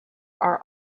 are